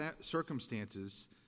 circumstances